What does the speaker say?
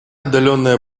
отдаленное